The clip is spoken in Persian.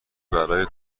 برای